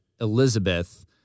Elizabeth